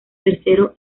tercero